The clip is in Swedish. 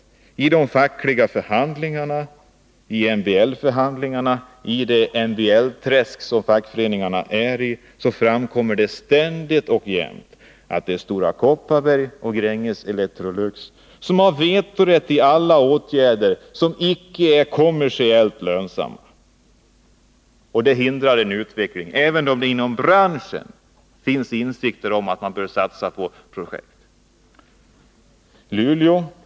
Vid de fackliga förhandlingarna, vid MBL-förhandlingarna, i det MBL-träsk som fackföreningarna är i, framkommer det ständigt och jämt att Stora Kopparberg, Gränges och Electrolux har vetorätt i fråga om alla åtgärder som inte är kommersiellt lönsamma. Det hindrar utvecklingen, trots att det inom branschen finns insikter om att man bör satsa på projektet.